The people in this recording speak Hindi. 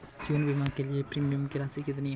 जीवन बीमा के लिए प्रीमियम की राशि कितनी है?